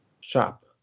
Shop